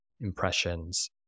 impressions